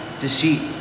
deceit